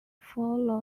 four